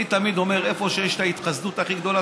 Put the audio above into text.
אני תמיד אומר: איפה שיש את ההתחסדות הכי גדולה,